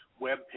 webpage